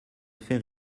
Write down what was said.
faire